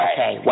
Okay